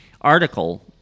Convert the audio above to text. article